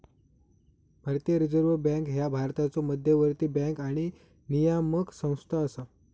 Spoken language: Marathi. भारतीय रिझर्व्ह बँक ह्या भारताचो मध्यवर्ती बँक आणि नियामक संस्था असा